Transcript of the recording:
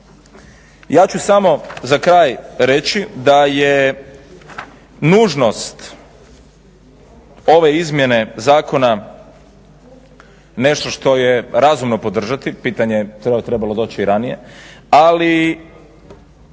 Ja ću samo za kraj reći da je nužnost ove izmjene zakona nešto što je razumno podržati, pitanje je trebalo doći i ranije. Ali